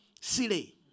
silly